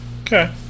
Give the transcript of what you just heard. okay